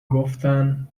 گفتن